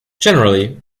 generally